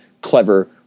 clever